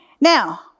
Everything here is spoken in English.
Now